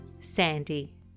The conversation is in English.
Sandy